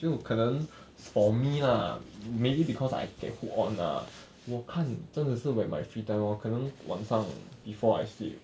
不用可能 for me lah maybe because I can hold on lah 我看真的是 when my free time lor 可能晚上 before I sleep